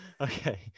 Okay